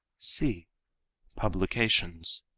c publications.